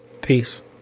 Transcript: Peace